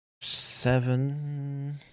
seven